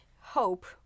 Hope